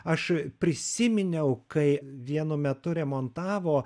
aš prisiminiau kai vienu metu remontavo